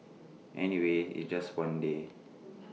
anyway it's just one day